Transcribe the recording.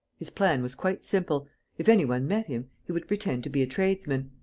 his plan was quite simple if any one met him, he would pretend to be a tradesman.